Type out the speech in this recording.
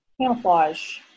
Camouflage